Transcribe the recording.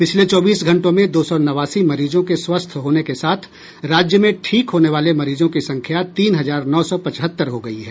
पिछले चौबीस घंटों में दो सौ नवासी मरीजों के स्वस्थ होने के साथ राज्य में ठीक होने वाले मरीजों की संख्या तीन हजार नौ सौ पचहत्तर हो गई है